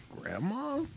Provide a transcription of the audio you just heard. Grandma